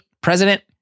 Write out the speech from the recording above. president